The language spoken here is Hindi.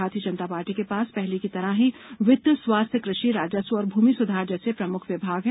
भारतीय जनता पार्टी के पास पहले की तरह ही वित्त स्वास्थ्य कृषि राजस्व और भूमि सुधार जैसे प्रमुख विभाग हैं